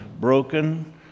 broken